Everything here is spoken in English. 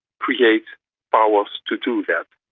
create powers to do that.